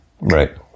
Right